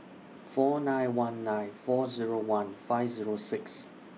four nine one nine four Zero one five Zero six